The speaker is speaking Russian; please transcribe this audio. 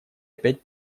опять